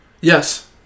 Yes